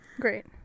Great